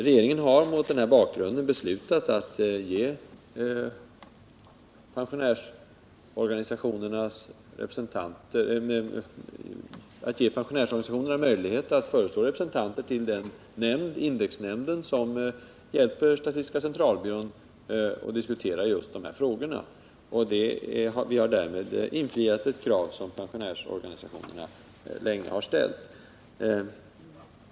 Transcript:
Regeringen har mot den här bakgrunden beslutat att ge pensionärsorganisationerna möjlighet att föreslå representanter till den indexnämnd som hjälper statistiska centralbyrån med just de här frågorna. Vi har därmed tillgodosett ett krav som pensionärsorganisationerna länge har ställt.